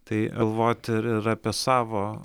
tai vot ir ir apie savo